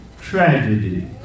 tragedy